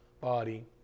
body